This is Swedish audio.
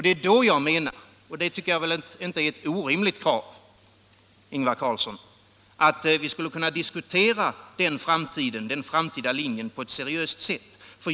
Det är då jag menar — och det tycker jag inte är ett orimligt krav, Ingvar Carlsson — att vi skulle kunna diskutera den framtida linjen på ett seriöst sätt.